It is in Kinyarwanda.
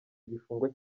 igifungo